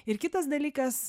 ir kitas dalykas